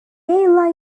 year